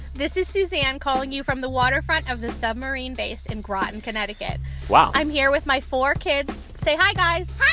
this is suzanne calling you from the waterfront of the submarine base in groton, conn and wow i'm here with my four kids say hi, guys. hi